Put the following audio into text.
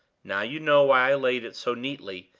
now you know why i laid it so neatly,